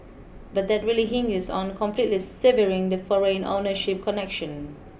but that really hinges on completely severing the foreign ownership connection